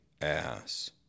ass